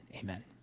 Amen